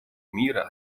мира